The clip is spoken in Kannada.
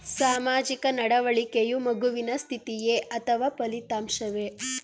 ಸಾಮಾಜಿಕ ನಡವಳಿಕೆಯು ಮಗುವಿನ ಸ್ಥಿತಿಯೇ ಅಥವಾ ಫಲಿತಾಂಶವೇ?